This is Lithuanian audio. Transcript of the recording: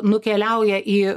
nukeliauja į